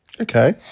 Okay